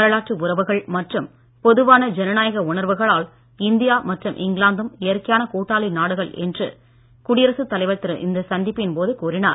வரலாற்று உறவுகள் மற்றும் பொதுவான ஜனநாயக உணர்வுகளால் இந்தியாவும் இங்கிலாந்தும் இயற்கையான கூட்டாளி நாடுகள் என்று குடியரசு தலைவர் இந்த சந்திப்பின் போது கூறினார்